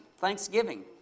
thanksgiving